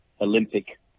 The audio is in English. Olympic